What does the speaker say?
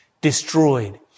destroyed